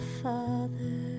father